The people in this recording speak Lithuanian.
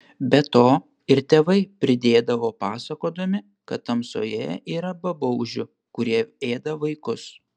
be to ir tėvai pridėdavo pasakodami kad tamsoje yra babaužių kurie ėda vaikus